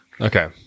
Okay